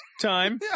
time